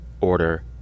order